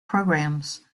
programs